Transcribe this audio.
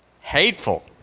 Hateful